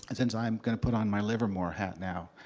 and since i'm going to put on my livermore hat now.